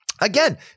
Again